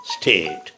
state